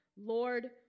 Lord